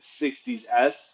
60s